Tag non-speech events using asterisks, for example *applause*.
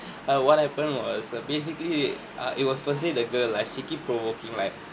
*breath* uh what happened was so basically uh it was personally the girl lah she keep provoking like